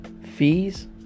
fees